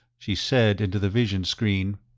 she said into the vision-screen,